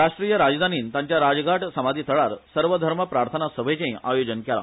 राष्ट्रीय राजधानी तांच्या राजघाट समाधीथळार सर्व धर्म प्रार्थना सभेचेय आयोजन केला